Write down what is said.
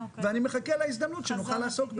ואני מחכה להזדמנות שנוכל לעסוק בזה.